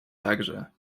także